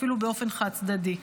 אפילו באופן חד-צדדי.